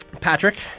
Patrick